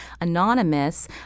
anonymous